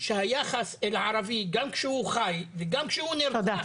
שהיחס אל הערבי, גם כשהוא חי וגם כשהוא נרצח,